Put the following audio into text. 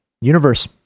Universe